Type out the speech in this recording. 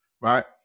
Right